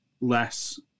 less